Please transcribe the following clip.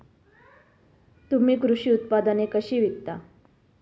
तुम्ही कृषी उत्पादने कशी विकता?